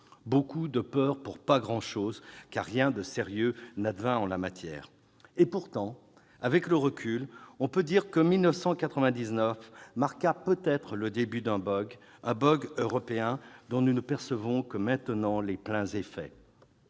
Beaucoup de peur pour pas grand-chose, car rien de sérieux n'advint en la matière. Et pourtant, avec le recul, on peut dire que 1999 marqua peut-être le début d'un, un européen, dont nous ne percevons que maintenant les pleins effets.